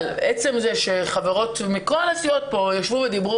עצם זה שחברות מכל הסיעות ישבו כאן ודיברו